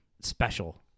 Special